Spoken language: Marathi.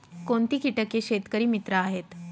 कोणती किटके शेतकरी मित्र आहेत?